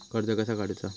कर्ज कसा काडूचा?